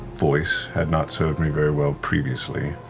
voice had not served me very well previously,